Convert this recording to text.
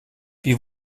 wie